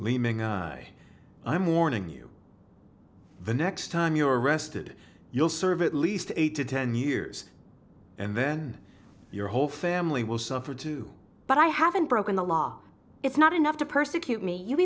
churches i'm warning you the next time you're arrested you'll serve at least eight to ten years and then your whole family will suffer too but i haven't broken the law it's not enough to persecute me you